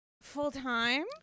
Full-time